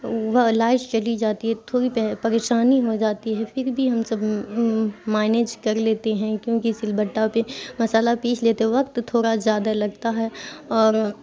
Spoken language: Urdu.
وہ لائٹ چلی جاتی ہے تھوڑی پہ پریشانی ہو جاتی ہے پھر بھی ہم سب مینج کر لیتے ہیں کیونکہ سل بٹہ پہ مسالہ پیس لیتے وقت تھوڑا زیادہ لگتا ہے اور